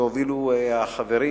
שהובילו החברים,